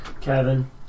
Kevin